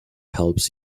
helps